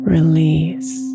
Release